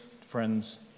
friends